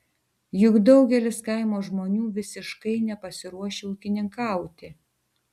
juk daugelis kaimo žmonių visiškai nepasiruošę ūkininkauti